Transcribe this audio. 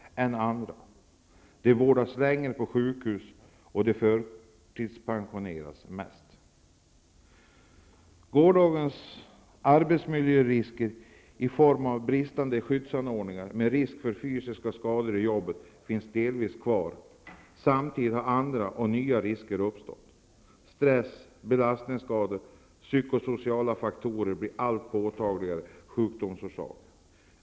De vårdas längre på sjukhus och de förtidspensioneras mest. Gårdagens arbetsmiljörisker i form av bristande skyddsanordningar med risk för fysiska skador i jobbet finns delvis kvar. Samtidigt har andra och nya risker uppstått. Stress, belastningsskador och psykosociala faktorer blir allt påtagligare sjukdomsorsaker.